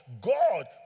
God